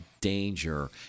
danger